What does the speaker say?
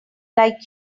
like